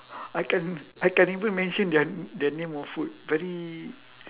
I can't I can't even mention their their name of food very